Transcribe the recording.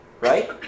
right